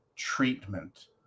treatment